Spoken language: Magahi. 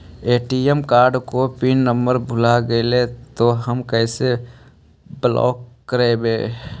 ए.टी.एम कार्ड को पिन नम्बर भुला गैले तौ हम कैसे ब्लॉक करवै?